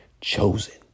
chosen